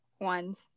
ones